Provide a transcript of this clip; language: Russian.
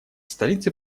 столицы